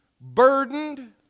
burdened